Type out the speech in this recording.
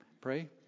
pray